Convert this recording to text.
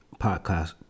podcast